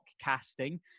casting